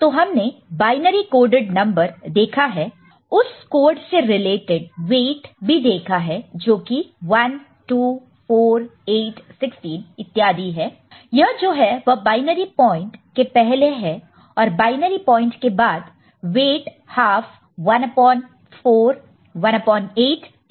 तो हमने binary coded number देखा है उस कोड से रिलेटेड वेट भी देखा है जो कि 1 2 4 8 16 इत्यादि यह जो है वह बायनरी पॉइंट के पहले हैं और बायनरी पॉइंट के बाद वेट हाफ 1 upon 4 1 upon 8 इत्यादि